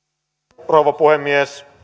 arvoisa rouva puhemies